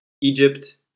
Egypt